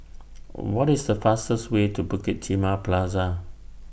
What IS The fastest Way to Bukit Timah Plaza